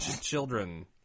children